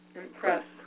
impress